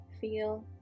Feel